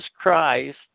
Christ